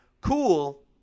cool